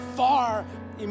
far